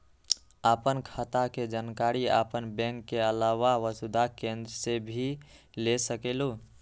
आपन खाता के जानकारी आपन बैंक के आलावा वसुधा केन्द्र से भी ले सकेलु?